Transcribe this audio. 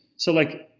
so like,